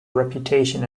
reputation